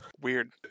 Weird